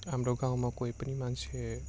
हाम्रो गाउँमा कोही पनि मान्छे